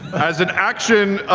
as an action,